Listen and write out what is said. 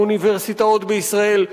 האוניברסיטאות בישראל,